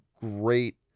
great